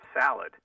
salad